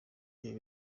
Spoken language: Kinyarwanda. ibi